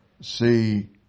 see